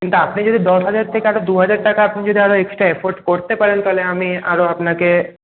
কিন্তু আপনি যদি দশ হাজার থেকে আরো দু হাজার টাকা আপনি যদি আরো এক্সট্রা এফোর্ট করতে পারেন তাহলে আমি আরও আপনাকে